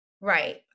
right